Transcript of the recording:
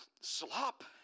slop